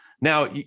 Now